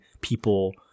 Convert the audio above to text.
people